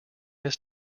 this